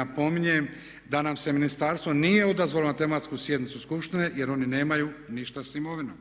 Napominjem da nam se ministarstvo nije odazvalo na tematsku sjednicu skupštine jer oni nemaju ništa s imovinom.